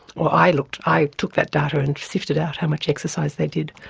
or i looked, i took that data and sifted out how much exercise they did.